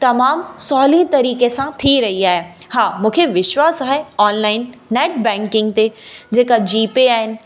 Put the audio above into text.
तमामु सहुली तरीक़े सां थी रही आहे हा मूंखे विश्वास आहे ऑनलाइन नेट बैंकिंग ते जेका जीपे आहिनि